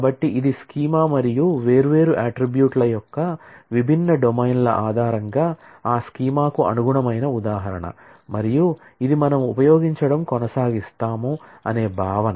కాబట్టి ఇది స్కీమా మరియు వేర్వేరు అట్ట్రిబ్యూట్ ల యొక్క విభిన్న డొమైన్ల ఆధారంగా ఆ స్కీమాకు అనుగుణమైన ఉదాహరణ మరియు ఇది మనము ఉపయోగించడం కొనసాగిస్తాం అనే భావన